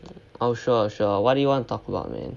oh sure sure what do you want to talk about man